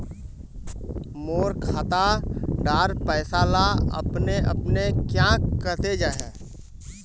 मोर खाता डार पैसा ला अपने अपने क्याँ कते जहा?